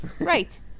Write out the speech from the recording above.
Right